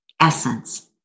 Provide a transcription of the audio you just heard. essence